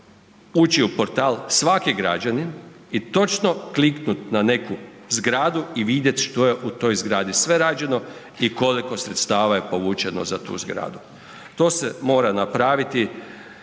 ući u portal svaki građanin i točno kliknut na neku zgradu i vidjet što je u toj zgradi sve rađeno i koliko sredstava za povućeno za tu zgradu. To se mora napraviti